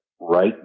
right